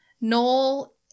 Noel